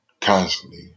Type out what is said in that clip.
constantly